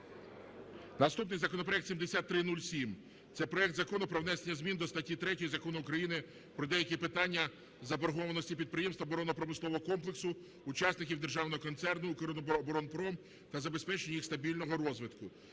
наступний законопроект 7307 – це проект Закону про внесення змін до статті 3 Закону України "Про деякі питання заборгованості підприємств оборонно-промислового комплексу – учасників Державного концерну "Укроборонпром" та забезпечення їх стабільного розвитку".